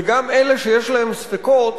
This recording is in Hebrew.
וגם אלה שיש להם ספקות,